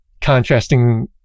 contrasting